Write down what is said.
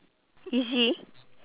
easy